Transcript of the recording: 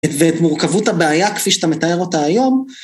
ואת מורכבות הבעיה כפי שאתה מתאר אותה היום.